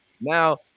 Now